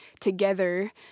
together